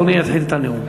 אדוני יתחיל את הנאום.